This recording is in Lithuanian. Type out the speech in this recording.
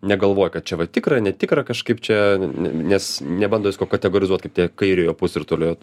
negalvoja kad čia vat tikra netikra kažkaip čia ne nes nebando visko kategorizuot kaip tie kairiojo pusrutulio